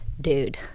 dude